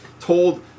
told